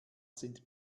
sind